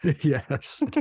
Yes